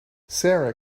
sara